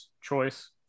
choice